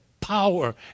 power